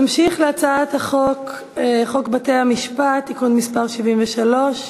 נמשיך להצעת חוק בתי-המשפט (תיקון מס' 73)